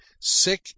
sick